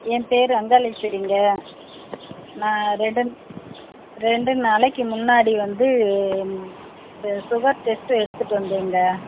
என் பெயரு அங்காலேஸ்வரிங்க நான் ரெண்டு ரெண்டு நாளைக்கு முன்னாடி வந்து சுகர் டெஸ்ட்டு எடுத்துகிட்டு வந்தேங்க